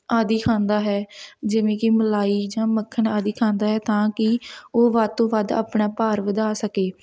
ਆਦਿ ਖਾਂਦਾ ਹੈ ਜਿਵੇਂ ਕਿ ਮਲਾਈ ਜਾਂ ਮੱਖਣ ਆਦਿ ਖਾਂਦਾ ਹੈ ਤਾਂ ਕਿ ਉਹ ਵੱਧ ਤੋਂ ਵੱਧ ਆਪਣਾ ਭਾਰ ਵਧਾ ਸਕੇ